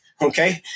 okay